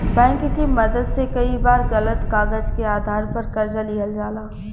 bank के मदद से कई बार गलत कागज के आधार पर कर्जा लिहल जाला